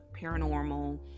paranormal